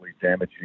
damaging